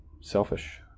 selfish